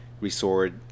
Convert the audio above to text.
resort